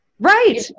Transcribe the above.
right